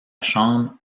chambre